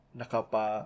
nakapa